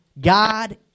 God